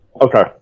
Okay